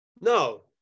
No